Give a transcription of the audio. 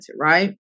right